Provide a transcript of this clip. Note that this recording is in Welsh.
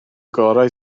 gorau